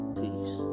peace